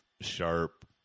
sharp